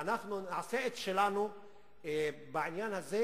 ואנחנו נעשה את שלנו בעניין הזה,